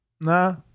Nah